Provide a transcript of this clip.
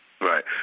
Right